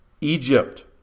Egypt